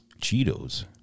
Cheetos